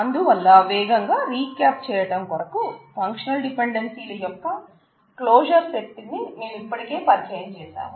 అందువల్ల వేగంగా రీక్యాప్ చేయడం కొరకు ఫంక్షనల్ డిపెండెన్సీల యొక్క క్లోజర్ సెట్ ని మేం ఇప్పటికే పరిచయం చేశాం